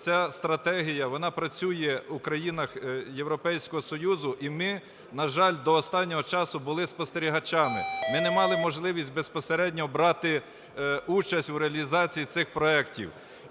ця стратегія, вона працює у країнах Європейського Союзу, і ми, на жаль, до останнього часу були спостерігачами, ми не мали можливість безпосередньо брати участь у реалізації цих проектів.